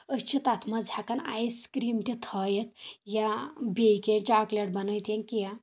أسۍ چھِ تتھ منٛز ہیٚکان آیِس کریم تہِ تھٲیتھ یا بییٚہِ کینٛہہ چاکلیٹ بنٲیتھ یا کینٛہہ